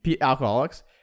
alcoholics